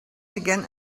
began